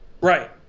right